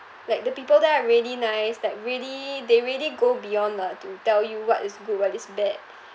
like the people there are really nice that really they really go beyond lah to tell you what is good what is bad